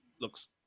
looks